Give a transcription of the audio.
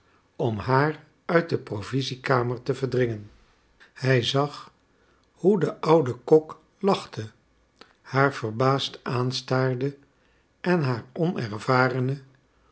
om haar uit de provisiekamer te verdringen hij zag hoe de oude kok lachte haar verbaasd aanstaarde en haar onervarene